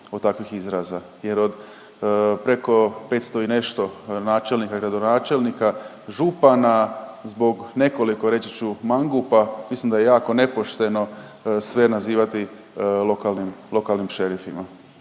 od takvih izraza jer od preko 500 i nešto načelnika i gradonačelnika, župana, zbog nekoliko, reći ću, mangupa, mislim da je jako nepošteno sve nazivati lokalnim šerifima.